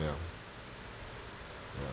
ya ya